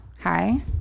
hi